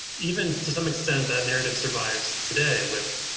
even to some extent that narrative survives today with